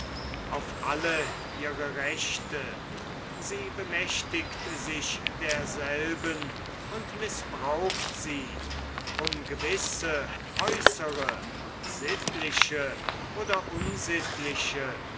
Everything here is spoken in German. auf alle ihre rechte sie bemächtigt sich derselben und mißbraucht sie um gewisse äußere sittliche oder unsittliche